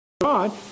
God